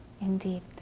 Indeed